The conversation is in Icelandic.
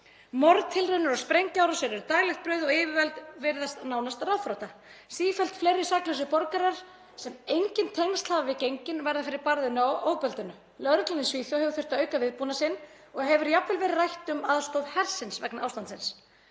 Morðtilraunir og sprengjuárásir eru daglegt brauð og yfirvöld virðast nánast ráðþrota. Sífellt fleiri saklausir borgarar sem engin tengsl hafa við gengin verða fyrir barðinu á ofbeldinu. Lögreglan í Svíþjóð hefur þurft að auka viðbúnað sinn og hefur jafnvel verið rætt um aðstoð hersins vegna ástandsins.